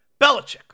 Belichick